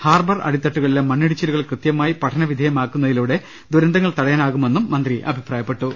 harbour അടിത്തട്ടുകളിലെ മണ്ണിടിച്ചിലു കൾ കൃത്യമായി പഠനവിധേയമാക്കുന്നതിലൂടെ ദുരന്തങ്ങൾ തടയാനാകു മെന്നും അവർ അഭിപ്രായപ്പെട്ടു